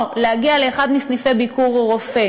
או להגיע לאחד מסניפי "ביקורופא"